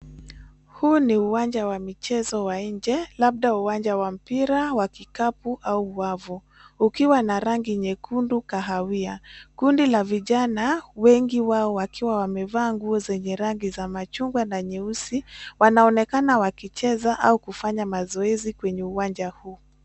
Huu ni uwanja wa michezo wa nje, labda uwanja wa mpira, wa kikapu, au wavu, ukiwa na rangi ya nyekundu-kahawia. Kundi la vijana, wengi wao wakiwa wamevaa nguo zenye rangi za machungwa na nyeusi, wanaonekana wakicheza au kufanya mazoezi kwenye uwanja huu.